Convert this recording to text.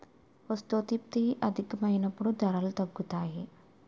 వస్తోత్పత్తి అధికమైనప్పుడు ధరలు తగ్గుతాయి